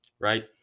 right